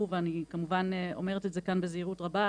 ואני גם כמובן אומרת את זה כאן בזהירות רבה,